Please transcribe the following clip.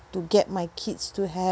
to get my kids to have